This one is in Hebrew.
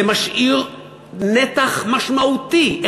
זה משאיר נתח משמעותי,